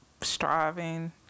striving